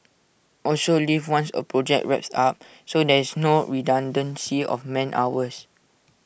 also leave once A project wraps up so there is no redundancy of man hours